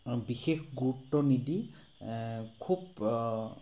বিশেষ গুৰুত্ব নিদি খুব